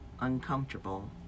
uncomfortable